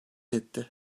etti